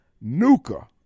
Nuka